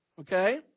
okay